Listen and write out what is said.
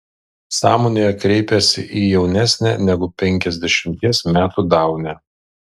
sąmonėje kreipiasi į jaunesnę negu penkiasdešimties metų daunę